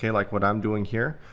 yeah like what i'm doing here,